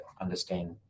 understand